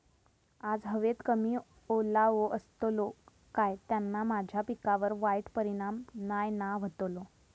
आज हवेत कमी ओलावो असतलो काय त्याना माझ्या पिकावर वाईट परिणाम नाय ना व्हतलो?